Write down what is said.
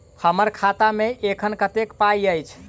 हम्मर खाता मे एखन कतेक पाई अछि?